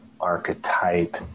archetype